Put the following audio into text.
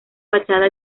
fachada